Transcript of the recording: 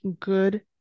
good